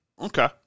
Okay